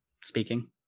speaking